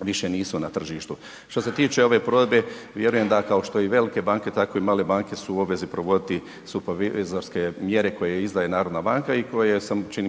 više nisu na tržištu. Što se tiče ove provedbe vjerujem da kao što i velike banke, tako i male banke su u obvezi provoditi supervizorske mjere koje izdaje narodna banka i koje sam čini